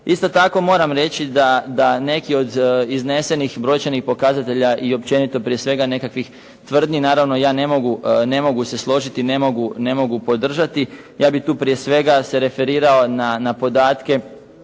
Isto tako, moram reći da neki od iznesenih brojčanih pokazatelja i općenito prije svega nekakvih tvrdnji, naravno ja ne mogu se složiti, ne mogu podržati. Ja bih tu prije svega se referirao na podatke